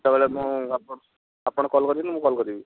କେତେବେଳେ ମୁଁ ଆପ ଆପଣ କଲ୍ କରିବେ ନା ମୁଁ କଲ୍ କରିବି